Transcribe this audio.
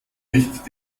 nicht